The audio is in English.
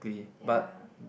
ya